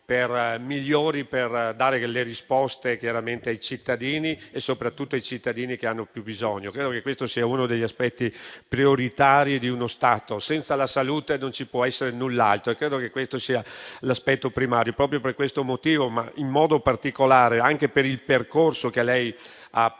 migliori per dare risposte ai cittadini, soprattutto a quelli che hanno più bisogno. Credo che questo sia uno degli aspetti prioritari di uno Stato: senza la salute non ci può essere null'altro e credo che questo sia l'aspetto primario. Proprio per questo motivo e per il percorso a cui ha appena